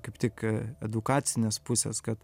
kaip tik edukacinės pusės kad